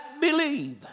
believe